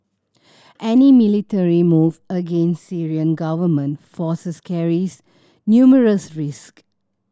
any military move against Syrian government forces carries numerous risk